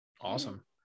awesome